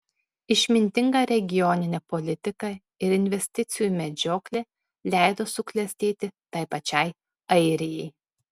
išmintinga regioninė politika ir investicijų medžioklė leido suklestėti tai pačiai airijai